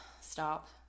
stop